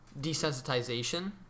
desensitization